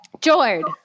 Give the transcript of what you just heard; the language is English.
Jord